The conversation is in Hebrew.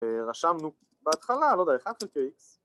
אה, ‫רשמנו בהתחלה, לא יודע, ‫אחד חלקי איקס